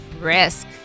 risk